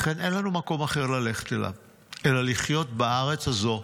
לכן אין לנו מקום אחר ללכת אליו אלא לחיות בארץ הזו,